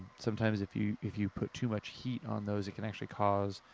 sometimes if you if you put too much heat on those, it can actually cause,